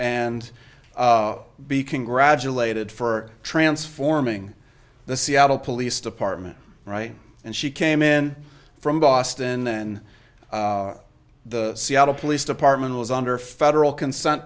and be congratulated for transforming the seattle police department and she came in from boston then the seattle police department was under federal consent